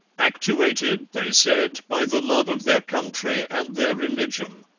actuated, they said, by the love of their country and their religion.